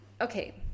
okay